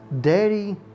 daddy